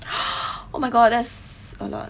oh my god that's a lot